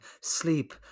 Sleep